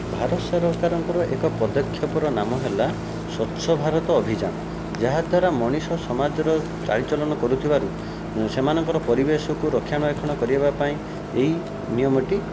ଭାରତ ସରକାରଙ୍କର ଏକ ପଦକ୍ଷେପର ନାମ ହେଲା ସ୍ୱଚ୍ଛ ଭାରତ ଅଭିଯାନ ଯାହାଦ୍ୱାରା ମଣିଷ ସମାଜର ଚାଲିଚଳନ କରୁଥିବାରୁ ସେମାନଙ୍କର ପରିବେଶକୁ ରକ୍ଷଣାବେକ୍ଷଣ କରିବା ପାଇଁ ଏହି ନିୟମଟି